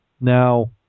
Now